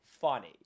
funny